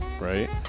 Right